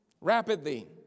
rapidly